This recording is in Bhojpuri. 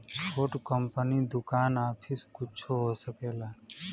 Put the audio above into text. छोट कंपनी दुकान आफिस कुच्छो हो सकेला